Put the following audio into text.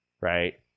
right